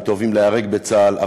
הם טובים להיהרג בצה"ל,